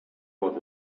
want